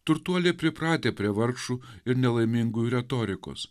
turtuoliai pripratę prie vargšų ir nelaimingųjų retorikos